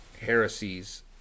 heresies